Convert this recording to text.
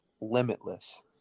limitless